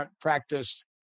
practiced